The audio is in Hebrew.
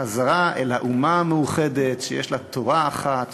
חזרה אל האומה המאוחדת שיש לה תורה אחת,